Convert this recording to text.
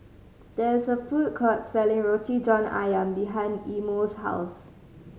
there is a food court selling Roti John Ayam behind Imo's house